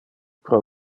pro